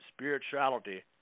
spirituality